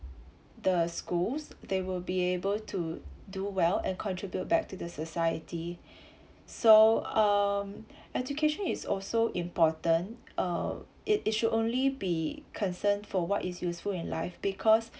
the schools they will be able to do well and contribute back to the society so um education is also important uh it it should only be concern for what is useful in life because